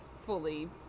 fully